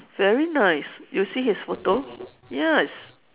very nice you see his photo yes